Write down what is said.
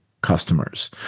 customers